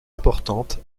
importantes